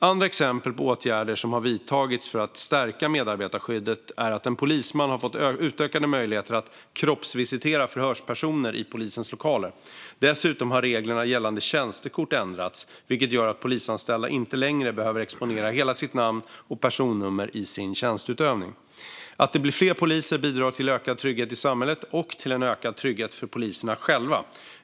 Andra exempel på åtgärder som har vidtagits för att stärka medarbetarskyddet är att en polisman har fått utökade möjligheter att kroppsvisitera förhörspersoner i polisens lokaler. Dessutom har reglerna gällande tjänstekort ändrats, vilket gör att polisanställda inte längre behöver exponera hela sitt namn och personnummer i sin tjänsteutövning. Att det blir fler poliser bidrar till ökad trygghet i samhället och till en ökad trygghet för poliserna själva.